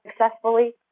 successfully